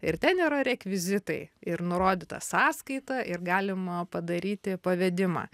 ir ten yra rekvizitai ir nurodyta sąskaita ir galima padaryti pavedimą